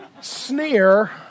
sneer